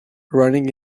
running